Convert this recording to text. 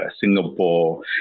Singapore